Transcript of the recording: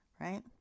right